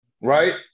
Right